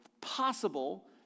possible